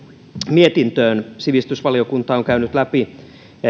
mietintöön sivistysvaliokunta on käynyt läpi